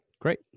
Great